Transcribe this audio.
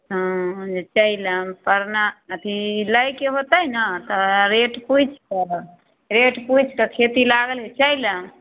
हँ हँ चलि आयब परना अथी लै के होतै ने तऽ रेट पूछि कऽ रेट पूछि कऽ खेती लागल अइ चलि आयब